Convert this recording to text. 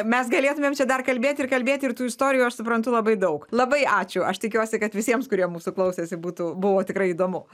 mes galėtumėm čia dar kalbėti ir kalbėti ir tų istorijų aš suprantu labai daug labai ačiū aš tikiuosi kad visiems kurie mūsų klausėsi būtų buvo tikrai įdomu